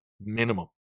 Minimum